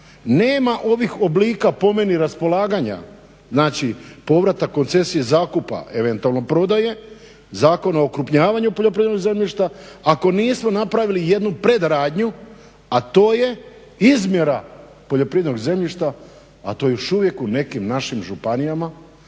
nema ovih oblika, po meni raspolaganja, znači povratak koncesije, zakupa i eventualno prodaje Zakona o okrupnjavanju poljoprivrednog zemljišta ako nisu napravili jednu predradnju, a to je izmjera poljoprivrednog zemljišta a to još uvijek u nekim našim županijama